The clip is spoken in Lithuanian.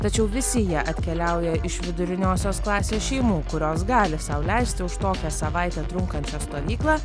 tačiau visi jie atkeliauja iš viduriniosios klasės šeimų kurios gali sau leisti už tokią savaitę trunkančią stovyklą